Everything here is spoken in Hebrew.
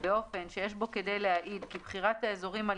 באופן שיש בו כדי להעיד כי בחירת האזורים על